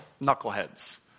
knuckleheads